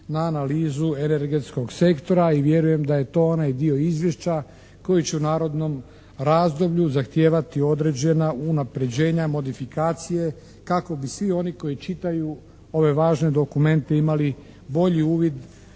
na analizu energetskog sektora i vjerujem da je to onaj dio izvješća koji će u narednom razdoblju zahtijevati određena unapređenja, modifikacije kako bi svi oni koji čitaju ove važne dokumente imali bolji uvid